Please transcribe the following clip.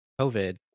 COVID